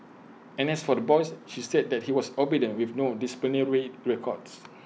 and as for the boys she said that he was obedient with no disciplinary records